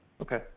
Okay